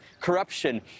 corruption